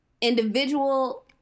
Individual